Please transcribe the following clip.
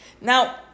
Now